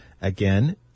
Again